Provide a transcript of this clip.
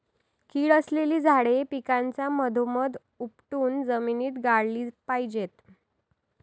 कीड असलेली झाडे पिकाच्या मधोमध उपटून जमिनीत गाडली पाहिजेत